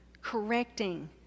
Correcting